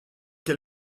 quel